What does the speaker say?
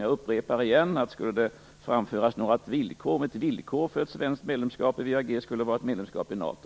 Jag upprepar att frågan förfaller om ett villkor för medlemskap i WEAG skulle vara ett medlemskap i NATO.